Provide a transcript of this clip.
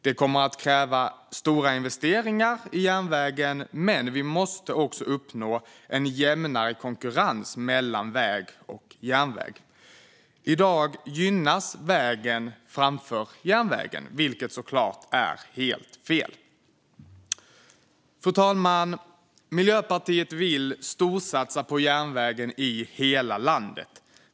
Det kommer att kräva stora investeringar i järnvägen, men vi måste också uppnå en jämnare konkurrens mellan väg och järnväg. I dag gynnas vägen framför järnvägen, vilket såklart är helt fel. Fru talman! Miljöpartiet vill storsatsa på järnvägen i hela landet.